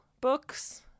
books